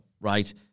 right